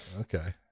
Okay